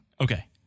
Okay